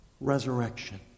resurrection